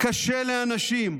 קשה לאנשים.